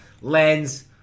lens